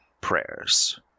prayers